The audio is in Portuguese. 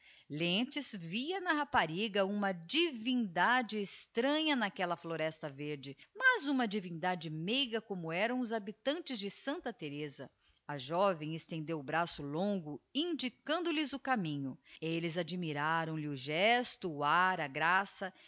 lentz via na rapariga uma divindade extranha n'aquella floresta verde mas uma divindade meiga como eram os habitantes de santa thereza a joven estendeu o braço longo indicando lhes o caminho elles admiraram lhe ogesto o ar a graça